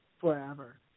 forever